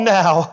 now